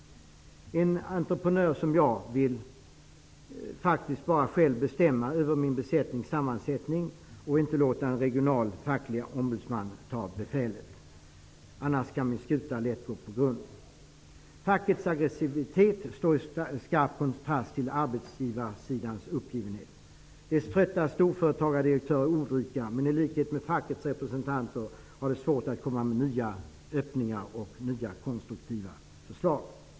En entreprenör som jag vill faktiskt bara själv bestämma över sin besättnings sammansättning och inte låta en regional facklig ombudsman ta befälet. Då kan min skuta lätt gå på grund. Fackets aggressivitet står i skarp kontrast till arbetsgivarsidans uppgivenhet. Dess trötta storföretagardirektörer är ordrika. Men i likhet med fackets representanter har de svårt att komma med nya öppningar och nya konstruktiva förslag.